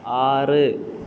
ആറ്